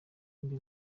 y’iyi